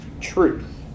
truth